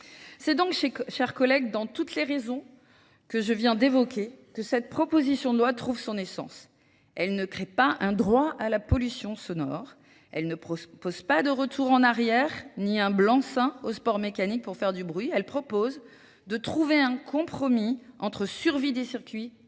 C'est donc, chers collègues, dans toutes les raisons que je viens d'évoquer, que cette proposition de loi trouve son essence. Elle ne crée pas un droit à la pollution sonore. Elle ne propose pas de retour en arrière, ni un blanc-sain au sport mécanique pour faire du bruit. Elle propose de trouver un compromis entre survie des circuits et